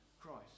Christ